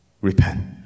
Repent